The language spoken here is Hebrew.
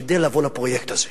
כדי לבוא לפרויקט הזה.